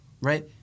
right